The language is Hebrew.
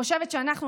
אני חושבת שאנחנו,